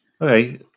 Okay